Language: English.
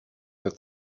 that